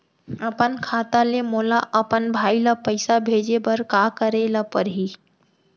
अपन खाता ले मोला अपन भाई ल पइसा भेजे बर का करे ल परही?